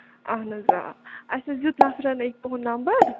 اَہن حظ آ اَسہِ حظ دیُت نَفرن أکۍ تُہُنٛد نَمبر